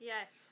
Yes